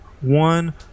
one